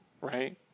right